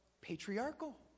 patriarchal